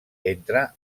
entre